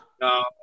No